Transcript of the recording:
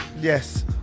Yes